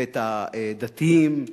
ואת הדתיים,